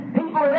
people